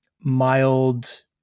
mild